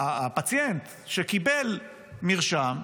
הפציינט שקיבל מרשם,